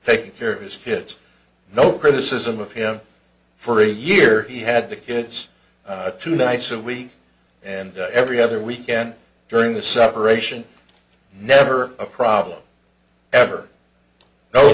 taking care of his kids no criticism of him for a year he had the kids two nights a week and every other weekend during the separation never a problem ever